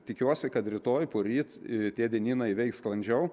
tikiuosi kad rytoj poryt tie dienynai veiks sklandžiau